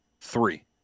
Three